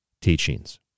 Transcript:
teachings